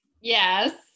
yes